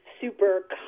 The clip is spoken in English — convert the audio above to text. super